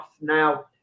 now